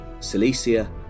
Cilicia